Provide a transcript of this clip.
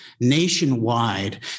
nationwide